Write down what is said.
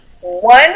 One